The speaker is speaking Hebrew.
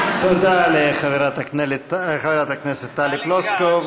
תודה לחברת הכנסת טלי פלוסקוב.